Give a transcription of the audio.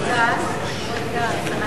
יעקב מרגי.